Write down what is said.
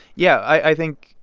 yeah, i think,